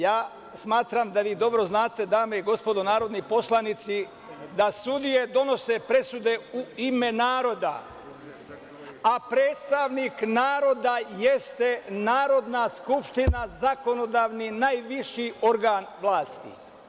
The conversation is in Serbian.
Ja smatram da vi dobro znate, dame i gospodo narodni poslanici, da sudije donose presude u ime naroda, a predstavnik naroda jeste Narodna skupština, zakonodavni najviši organ vlasti.